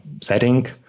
setting